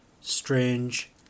Strange